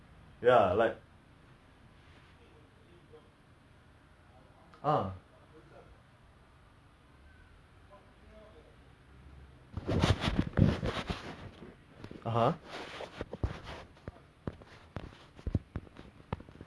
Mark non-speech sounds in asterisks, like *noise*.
*breath* ya ya ya oh last time I was I was learning err ukulele right so because that time there was err my exams were over in school so what they did was to bring people from outside like outside vendors then like for us to um what is that *noise* learn new things lah